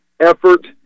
effort